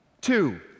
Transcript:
two